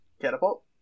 Catapult